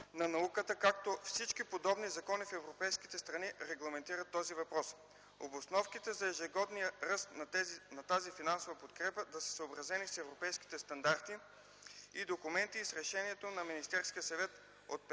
за науката, както всички подобни закони в европейските страни регламентират този въпрос. Обосновките за ежегодния ръст на тази финансова подкрепа да са съобразени с европейските стандарти и документи и с решението на Министерския съвет от 5